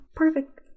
perfect